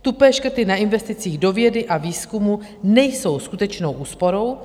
Tupé škrty na investicích do vědy a výzkumu nejsou skutečnou úsporou.